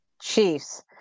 Chiefs